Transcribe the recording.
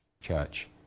church